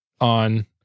on